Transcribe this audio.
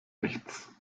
nichts